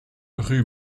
rue